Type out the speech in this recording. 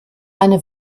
eine